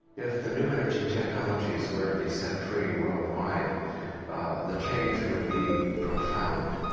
if the new energy technologies were to be set free worldwide the change would be profound,